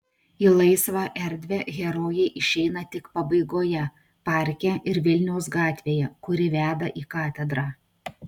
į laisvą erdvę herojai išeina tik pabaigoje parke ir vilniaus gatvėje kuri veda į katedrą